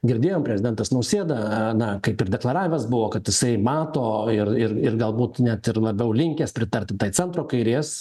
girdėjom prezidentas nausėda na kaip ir deklaravęs buvo kad jisai mato ir ir ir galbūt net ir labiau linkęs pritarti tai centro kairės